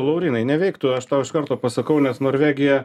laurynai neveiktų aš tau iš karto pasakau nes norvegija